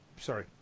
sorry